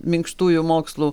minkštųjų mokslų